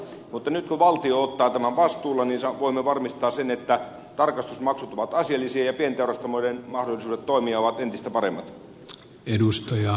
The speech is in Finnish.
mutta nyt kun valtio ottaa tämän vastuulleen voimme varmistaa sen että tarkastusmaksut ovat asiallisia ja pienteurastamojen mahdollisuudet toimia ovat entistä paremmat